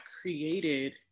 created